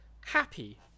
happy